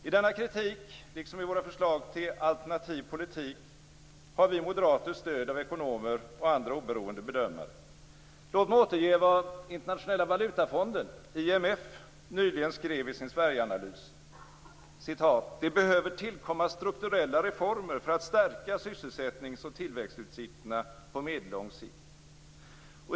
I denna kritik - liksom i våra förslag till en alternativ politik - har vi moderater stöd av ekonomer och andra oberoende bedömare. Låt mig återge vad Internationella valutafonden - IMF - nyligen skrev i sin Sverigeanalys: "Det behöver tillkomma strukturella reformer för att stärka sysselsättnings och tillväxtutsikterna på medellång sikt."